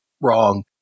wrong